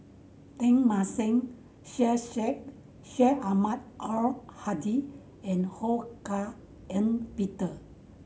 Teng Mah Seng Syed Sheikh Syed Ahmad Al Hadi and Ho Hak Ean Peter